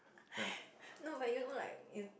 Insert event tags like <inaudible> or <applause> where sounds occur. <laughs> no but you know like